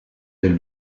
del